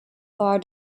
law